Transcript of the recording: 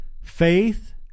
Faith